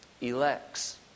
elects